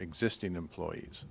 existing employees